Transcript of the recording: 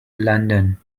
london